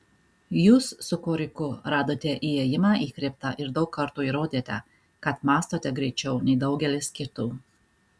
jūs su koriku radote įėjimą į kriptą ir daug kartų įrodėte kad mąstote greičiau nei daugelis kitų